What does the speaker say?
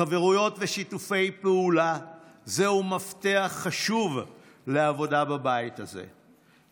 חברויות ושיתופי פעולה הם מפתח חשוב לעבודה בבית הזה,